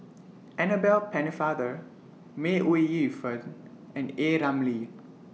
Annabel Pennefather May Ooi Yu Fen and A Ramli